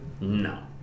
No